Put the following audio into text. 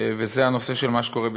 וזה הנושא של מה שקורה בסוריה.